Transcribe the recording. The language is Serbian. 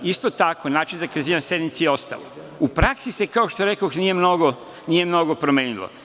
Isto tako, način zakazivanja sednica je ostalo, u prakso se, kao što rekoh, nije mnogo promenilo.